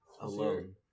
Alone